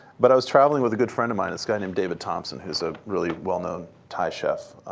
but i was traveling with a good friend of mine, this guy named david thompson, who is a really well-known thai chef,